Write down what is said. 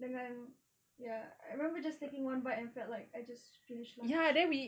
dengan ya I remember just taking one bite and felt like I just finished lunch